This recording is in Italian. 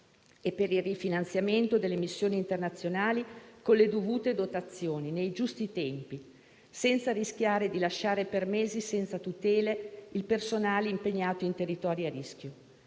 e per il rifinanziamento delle missioni internazionali con le dovute dotazioni, nei giusti tempi, senza rischiare di lasciare per mesi privo di tutele il personale impegnato in territori a rischio: